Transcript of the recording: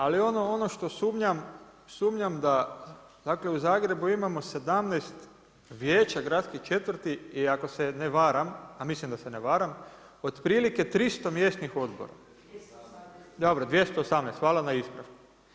Ali ono što sumnjam, sumnjam da, dakle u Zagrebu imamo 17 vijeća gradske četvrti i ako se ne varam, a mislim da se ne varam otprilike 300 mjesnih odbora, [[Upadica: 218.]] dobro 218, hvala na ispravku.